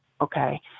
okay